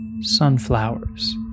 sunflowers